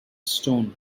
stone